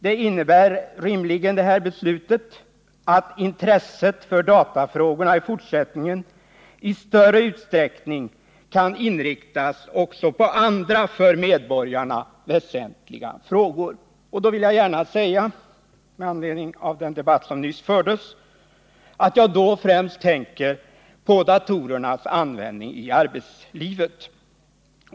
Det innebär rimligen att intresset för datafrågorna i fortsättningen i större utsträckning kan inriktas också på andra för medborgarna väsentliga frågor. Med anledning av den debatt som nyss fördes vill jag gärna säga att jag då tänker främst på datorernas användning i arbetslivet.